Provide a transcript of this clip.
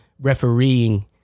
refereeing